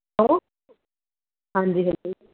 hello ਹਾਂਜੀ ਹਾਂਜੀ